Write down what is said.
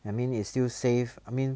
I mean it's still safe I mean